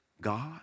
God